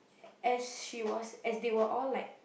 as she was as they will all like